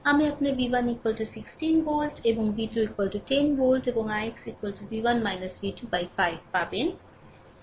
আপনি আপনার v1 16 volt এবং v2 10 ভোল্ট এবং ix v1 v2 বাই5 পাবেন